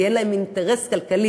כי אין להם אינטרס כלכלי.